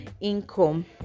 income